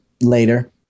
later